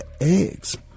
eggs